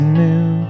new